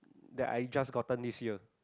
that I just gotten this year